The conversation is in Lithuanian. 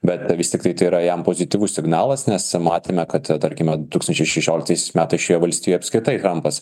bet tai vis tiktai tai yra jam pozityvus signalas nes matėme kad ten tarkime du tūkstančiai šešioliktais metais šioje valstijoje apskritai trampas